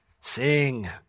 sing